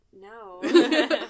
no